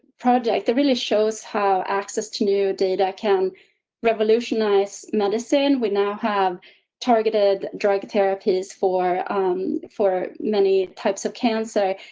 project that really shows how access to new data can revolutionize medicine. we now have targeted drug therapies for um for many types of cancer.